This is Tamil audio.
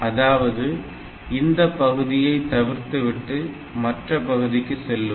அதாவது இந்த பகுதியை தவிர்த்துவிட்டு மற்ற பகுதிக்கு செல்லும்